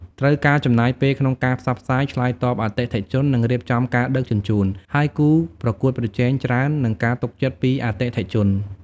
ត្រូវការចំណាយពេលក្នុងការផ្សព្វផ្សាយ ឆ្លើយតបអតិថិជន និងរៀបចំការដឹកជញ្ជូន ហើយគូប្រកួតប្រជែងច្រើន និងការទុកចិត្តពីអតិថិជន។